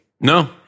No